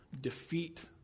defeat